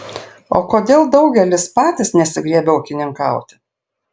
o kodėl daugelis patys nesigriebia ūkininkauti